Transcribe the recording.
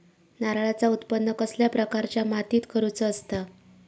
नारळाचा उत्त्पन कसल्या प्रकारच्या मातीत करूचा असता?